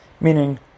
Meaning